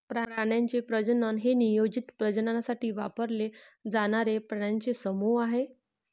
प्राण्यांचे प्रजनन हे नियोजित प्रजननासाठी वापरले जाणारे प्राण्यांचे समूह आहे